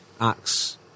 acts